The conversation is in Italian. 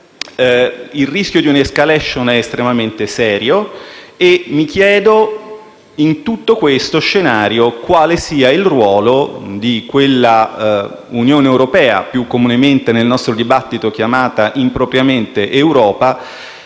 Il rischio di un’escalation è estremamente serio e mi chiedo, in tutto questo scenario, quale sia il ruolo di quell’Unione europea, più comunemente nel nostro dibattito chiamata impropriamente Europa,